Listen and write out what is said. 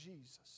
Jesus